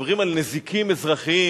מדברים על נזיקים אזרחיים,